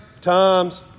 times